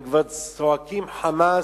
הם כבר צועקים חמס,